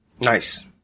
Nice